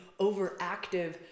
overactive